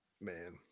Man